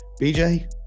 BJ